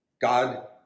God